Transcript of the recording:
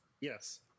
Yes